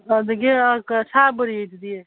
ꯑꯗꯒꯤ ꯁꯥ ꯕꯣꯔꯤꯗꯨꯗꯤ